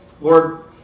Lord